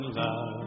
love